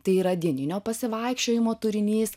tai yra dieninio pasivaikščiojimo turinys